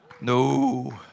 No